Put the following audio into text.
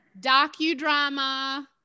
docudrama